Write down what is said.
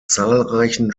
zahlreichen